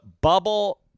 bubble